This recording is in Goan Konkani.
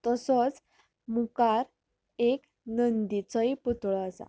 तसोच मुखार एक नंदीचोय पुतळो आसा